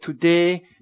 today